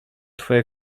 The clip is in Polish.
twoje